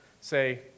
say